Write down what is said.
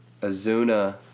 Azuna